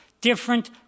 different